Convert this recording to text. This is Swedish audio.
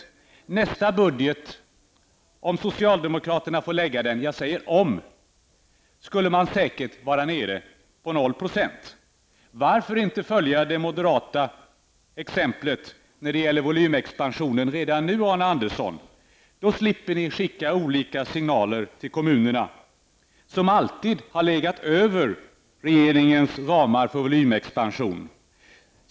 I nästa budget om socialdemokraterna får lägga fram den skulle man säkert vara nere på 0 %. Varför följer ni inte det moderata förslaget när det gäller volymexpansion redan nu, Arne Andersson i Gamleby? Då skulle ni slippa skicka olika signaler till kommunerna, som alltid har legat över regeringens ramar för volymexpansion.